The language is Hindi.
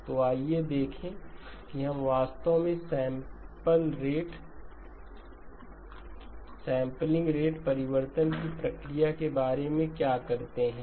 तो आइए देखें कि हम वास्तव में सैंपल रेटसैंपलिंग रेट परिवर्तन की प्रक्रिया के बारे में क्या करते हैं